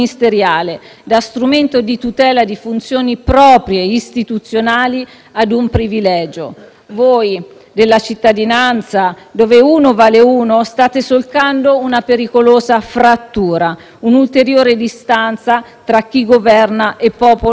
Voi della cittadinanza, dove uno vale uno, state solcando una pericolosa frattura, un'ulteriore distanza tra chi governa e il popolo governato. Voi oggi, per un mero scambio tra controparti di governo,